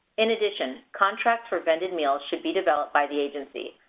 in addition, contracts for vended meals should be developed by the agency,